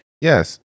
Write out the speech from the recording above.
Yes